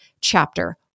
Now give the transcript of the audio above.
chapter